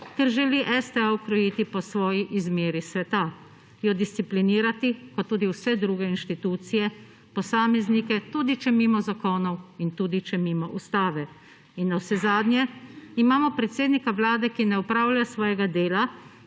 Ker želi STA ukrojiti po svoji izmeri sveta, jo disciplinirati, kot tudi vse druge inštitucije, posameznike, tudi če mimo zakonov in tudi če mimo Ustave. In navsezadnje, imamo predsednika Vlade, ki ne opravlja svojega dela